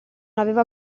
aveva